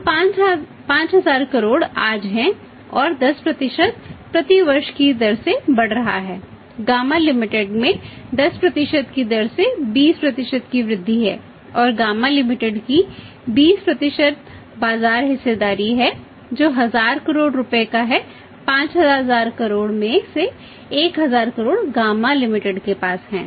तो 5000 करोड़ आज है और 10 प्रति वर्ष की दर से बढ़ रहा है घामा लिमिटेड में 10 की दर से 20 की वृद्धि है और घामा लिमिटेड की 20 बाजार हिस्सेदारी है जो 1000 करोड़ रुपये का है 5000 करोड़ में से 1000 करोड़ घामा लिमिटेड के पास है